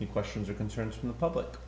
the questions or concerns from the public